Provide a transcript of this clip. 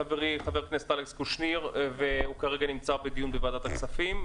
חברי חבר הכנסת אלכס קושניר שנמצא כרגע בדיון בוועדת הכספים.